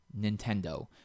Nintendo